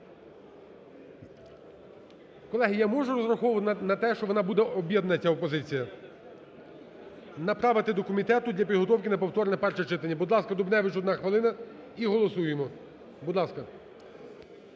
Колеги, я можу розраховувати на те, що вона буде об'єднана ця опозиція? Направити до комітету для підготовки на повторне перше читання. Будь ласка, Дубневич, одна хвилина. І голосуємо. Будь ласка.